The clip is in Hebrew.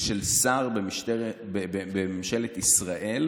של שר בממשלת ישראל,